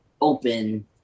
open